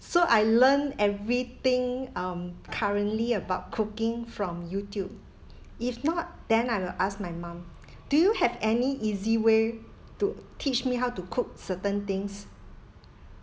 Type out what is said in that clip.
so I learned everything um currently about cooking from youtube if not then I will ask my mum do you have any easy way to teach me how to cook certain things